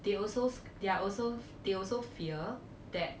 they also they are also they also fear that